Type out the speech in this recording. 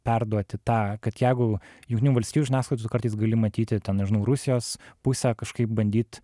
perduoti tą kad jeigu jungtinių valstijų žiniasklaidoj tu kartais gali matyti ten nežinau rusijos pusę kažkaip bandyt